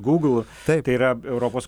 google taip tai yra europos